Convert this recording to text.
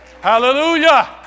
Hallelujah